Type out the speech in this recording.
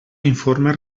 informes